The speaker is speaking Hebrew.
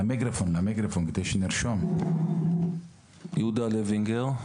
יהודה לוינגר,